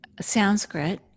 Sanskrit